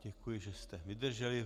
Děkuji, že jste vydrželi.